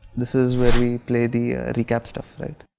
this is where we play the recap stuff right?